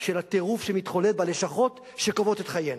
של הטירוף שמתחולל בלשכות שקובעות את חיינו.